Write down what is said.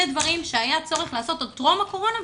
דברים שהיה צורך לעשות עוד טרום הקורונה,